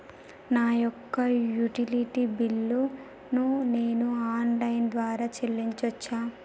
నా యొక్క utility bill ను నేను ఆన్ లైన్ ద్వారా చెల్లించొచ్చా?